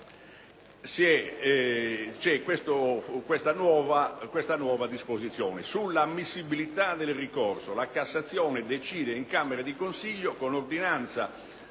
questa nuova disposizione: «Sull'ammissibilità del ricorso la Corte decide in camera di consiglio con ordinanza